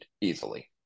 easily